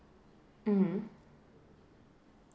mm